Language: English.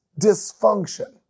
dysfunction